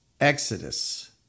exodus